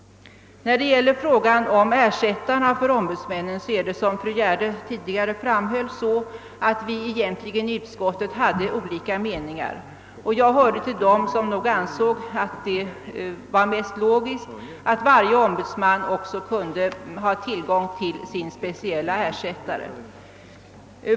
I frågan om ersättare för ombudsman hade vi i utskottet, som fru Gärde Widemar tidigare framhöll, olika meningar. Jag hörde till dem som ansåg det mest logiskt att varje ombudsman också hade tillgång till sin specielle ersättare.